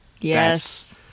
Yes